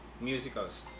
musicals